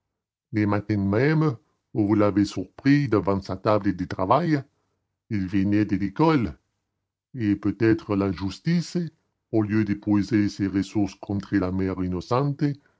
le matin même où vous l'avez surpris devant sa table de travail il venait de l'école et peut-être la justice au lieu d'épuiser ses ressources contre la mère innocente